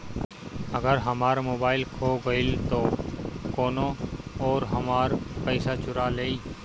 अगर हमार मोबइल खो गईल तो कौनो और हमार पइसा चुरा लेइ?